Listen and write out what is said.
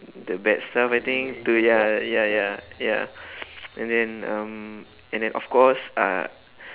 the bad stuff I think to ya ya ya ya and then um and then of course uh